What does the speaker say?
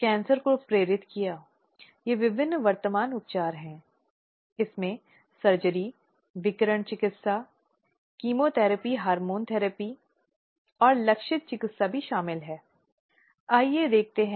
इसमें विभिन्न प्रकार की गतिविधियाँ या विभिन्न प्रकार के कार्य शामिल हैं जो उसके सहयोगियों द्वारा या शारीरिक उन्नति यौन रंग संबंधी टिप्पणी या यौन संबंध रखने वाले किसी भी अन्य प्रकार के अलिखित व्यवहार से जुड़े नियोक्ता द्वारा किए जाते हैं